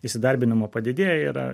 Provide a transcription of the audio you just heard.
įsidarbinimo padidėję yra